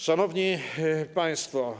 Szanowni Państwo!